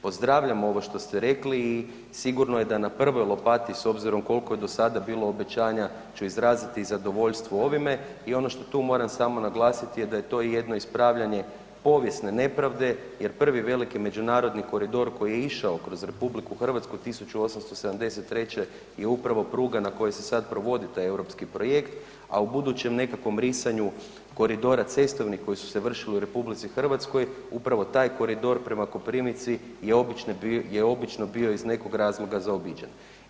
Pozdravljam ovo što ste rekli i sigurno je da na prvoj lopati, s obzirom koliko je do sada bilo obećanja, ću izraziti zadovoljstvo ovime i ono što tu moram samo naglasiti je da je to jedno ispravljanje povijesne nepravde jer prvi veliki međunarodni koridor koji je išao kroz RH 1873. je upravo pruga na kojoj se sad provodi taj europski projekt, a u budućem nekakvom risanju koridora cestovnih koji su se vršili u RH, upravo taj koridor prema Koprivnici je obično bio iz nekog razloga zaobiđen.